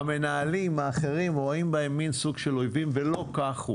המנהלים האחרים רואים בהם מן סוג של אויבים ולא כך הוא.